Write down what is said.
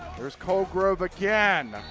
there's colgrove again.